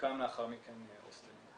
וחלקם לאחר מכן הוסטל.